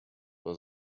was